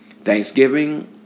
Thanksgiving